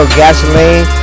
gasoline